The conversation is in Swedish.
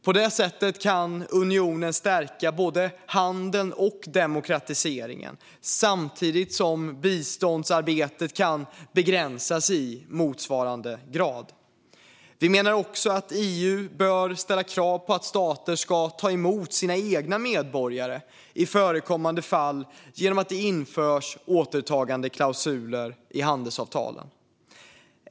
På det sättet kan unionen stärka både handeln och demokratiseringen samtidigt som biståndsarbetet kan begränsas i motsvarande grad. Vi menar också att EU bör ställa krav på att stater ska ta emot sina egna medborgare i förekommande fall genom att det införs återtagandeklausuler i handelsavtalen.